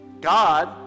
God